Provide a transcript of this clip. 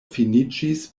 finiĝis